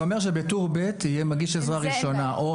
זה אומר שבטור ב' יהיה מגיש עזרה ראשונה או